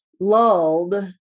lulled